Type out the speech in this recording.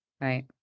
Right